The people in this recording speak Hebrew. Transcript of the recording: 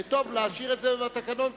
וטוב לאשר את זה בתקנון,